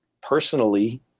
personally